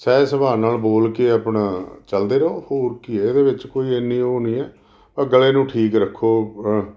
ਸਹਿਜ ਸੁਭਾਅ ਨਾਲ ਬੋਲ ਕੇ ਆਪਣਾ ਚਲਦੇ ਰਹੋ ਹੋਰ ਕੀ ਹੈ ਇਹਦੇ ਵਿੱਚ ਕੋਈ ਇੰਨੀ ਉਹ ਨਹੀਂ ਹੈ ਪਰ ਗਲੇ ਨੂੰ ਠੀਕ ਰੱਖੋ